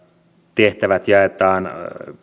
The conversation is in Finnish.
tehtävät jaetaan